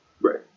Right